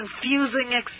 confusing